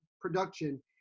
production